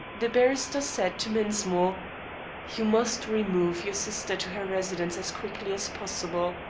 the barrister said to mensmore you must remove your sister to her residence as quickly as possible.